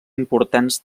importants